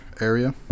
area